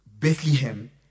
Bethlehem